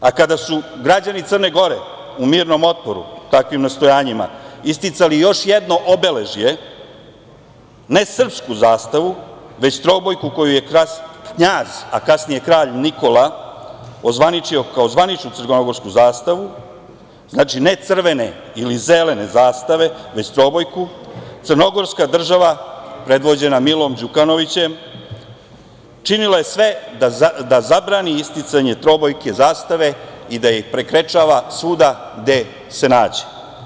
A kada su građani Crne Gore u mirnom otporu takvim nastojanjima isticali još jedno obeležje, ne srpsku zastavu, već trobojku koju je knjaz, a kasnije kralj Nikola ozvaničio kao zvanično crnogorsku zastavu, znači, ne crvene ili zelene zastave, već trobojku, crnogorska država predvođena Milom Đukanovićem činila je sve da zabrani isticanje trobojke zastave i da ih prekrečava svuda gde se nađe.